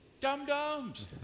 Dum-dums